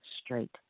straight